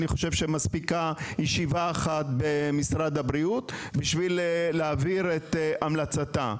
אני חושב שמספיקה ישיבה אחת במשרד הבריאות בשביל להעביר את המלצתה,